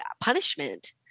punishment